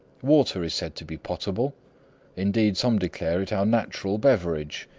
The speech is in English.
water is said to be potable indeed, some declare it our natural beverage,